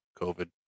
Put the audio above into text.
covid